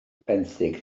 benthyg